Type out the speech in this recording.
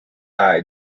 eye